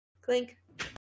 clink